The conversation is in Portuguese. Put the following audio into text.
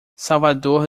salvador